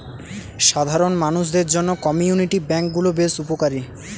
সাধারণ মানুষদের জন্য কমিউনিটি ব্যাঙ্ক গুলো বেশ উপকারী